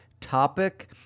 topic